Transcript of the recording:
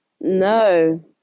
No